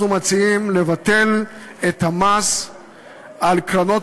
אנחנו מציעים לבטל את המס על קרנות